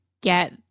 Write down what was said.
get